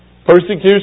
Persecution